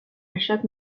chaque